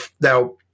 now